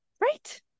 Right